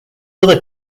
other